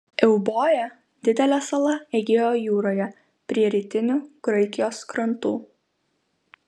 euboja didelė sala egėjo jūroje prie rytinių graikijos krantų